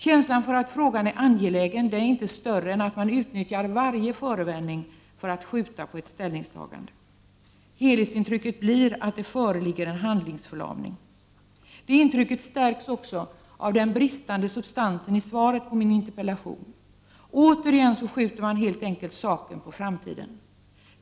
Känslan för att frågan är angelägen är inte större än att man utnyttjar varje förevändning för att skjuta på ett ställningstagande. Helhetsintrycket blir att det föreligger en handlingsförlamning. Det intrycket förstärks också av den bristande substansen i svaret på min interpellation. Återigen skjuter man helt enkelt saken på framtiden.